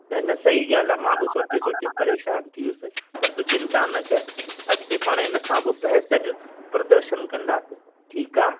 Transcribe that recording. न न सही ॻाल्हि आहे मां बि सोचे सोचे परेशानु थी वियुसि पर तूं चिंता न कर अॻिते पाण इन खां बि बहितर प्रदर्शन कंदासीं ठीकु आहे